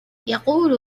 يقول